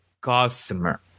customer